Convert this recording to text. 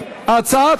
בהצבעה אלקטרונית.